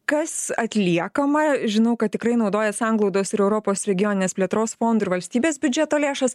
kas atliekama žinau kad tikrai naudojat sanglaudos ir europos regioninės plėtros fondo ir valstybės biudžeto lėšas